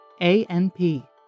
ANP